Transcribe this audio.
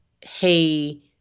Hey